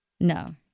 No